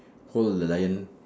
hold the lion